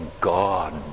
God